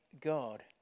God